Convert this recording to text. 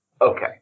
Okay